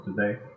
today